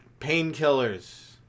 Painkillers